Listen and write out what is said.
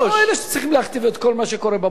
תן לי רק לסיים את הטיעון.